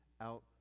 out